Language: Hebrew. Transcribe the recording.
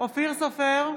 אופיר סופר,